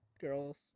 girls